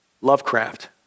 Lovecraft